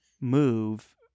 move